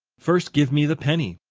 first give me the penny.